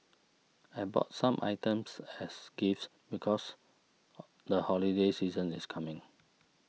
I bought some items as gifts because the holiday season is coming